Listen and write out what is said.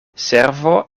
servo